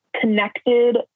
connected